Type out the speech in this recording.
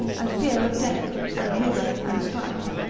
and fear of death, and rigour, and strife,